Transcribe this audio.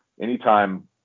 anytime